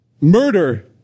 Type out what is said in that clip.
murder